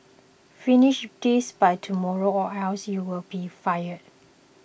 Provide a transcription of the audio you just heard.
finish this by tomorrow or else you'll be fired